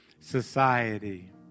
Society